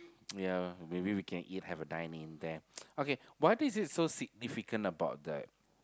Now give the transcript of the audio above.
ya maybe we can eat have a dine in there okay what is it so significant about that